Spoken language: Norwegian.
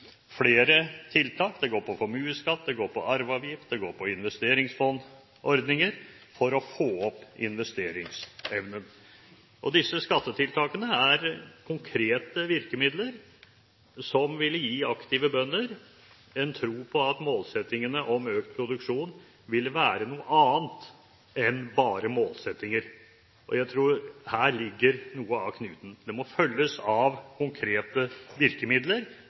flere tiltak. Det går på formuesskatt, det går på arveavgift, det går på investeringsfondsordninger for å få opp investeringsevnen. Disse skattetiltakene er konkrete virkemidler som ville gi aktive bønder en tro på at målsettingene om økt produksjon vil være noe annet enn bare målsettinger, og jeg tror at her ligger noe av knuten. Det må følges av konkrete virkemidler